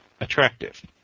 attractive